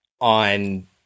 on